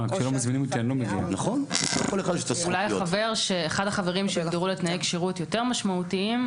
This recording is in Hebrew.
אולי אחד החברים שהוגדרו לתנאי כשירות יותר משמעותיים,